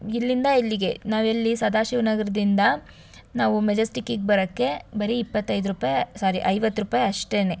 ಇಲ್ಲಿಂದ ಇಲ್ಲಿಗೆ ನಾವು ಎಲ್ಲಿ ಸದಾಶಿವ ನಗರದಿಂದ ನಾವು ಮೆಜೆಸ್ಟಿಕ್ಕಿಗೆ ಬರೋಕೆ ಬರೀ ಇಪ್ಪತ್ತೈದು ರೂಪಾಯಿ ಸ್ವಾರಿ ಐವತ್ತು ರೂಪಾಯಿ ಅಷ್ಟೇ